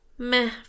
Meh